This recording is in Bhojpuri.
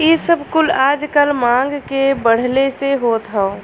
इ सब कुल आजकल मांग के बढ़ले से होत हौ